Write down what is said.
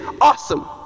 awesome